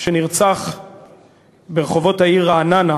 שנרצח ברחובות העיר רעננה,